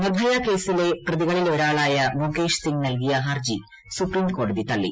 നിർഭയ കേസിലെ പ്രതികളിലൊരാളായ മുകേഷ് സിംഗ് നൽകിയ ഹർജി സുപ്രീംകോടതി തളളി